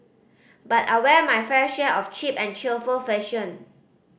but I wear my fair share of cheap and cheerful fashion